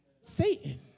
Satan